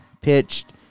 pitched